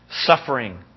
suffering